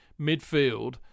midfield